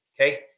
Okay